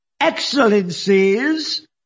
Excellencies